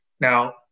Now